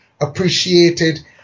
appreciated